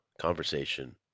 conversation